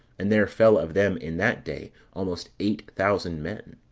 and there fell of them in that day almost eight thousand men.